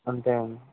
అంటే